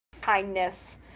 kindness